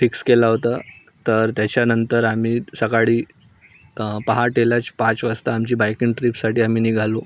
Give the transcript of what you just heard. fix केलं होतं तर त्याच्यानंतर आम्ही सकाळी पहाटेलाच पाच वाजता आमची बाईकिंग ट्रीपसाठी आम्ही निघालो